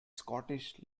scottish